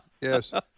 Yes